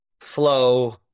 flow